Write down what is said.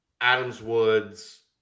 Adams-Woods